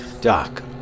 Doc